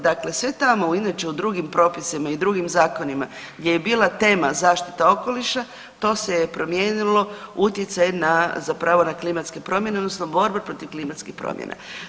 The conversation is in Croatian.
Dakle, sve tamo inače u drugim propisima i drugim zakonima gdje je bila tema zaštita okoliša, to se je promijenilo, utjecaj zapravo na klimatske promjene, odnosno borba protiv klimatskih promjena.